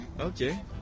Okay